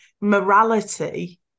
morality